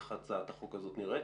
איך הצעת החוק הזאת נראית?